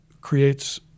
creates